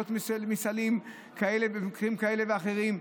עולות במקרים כאלה ואחרים,